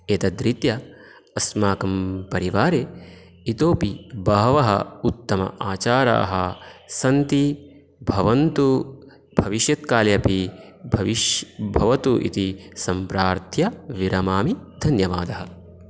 एतद्रीत्या अस्माकं परिवारे इतोपि बहवः उत्तम आचाराः सन्ति भवन्तु भविष्यत्काले अपि भविष् भवतु इति सम्प्रार्थ्य विरमामि धन्यवादः